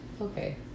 Okay